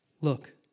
Look